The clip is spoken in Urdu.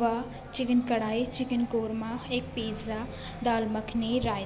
و چکن کڑھائی چکن قورمہ ایک پیزا دال مکھنی رائیتہ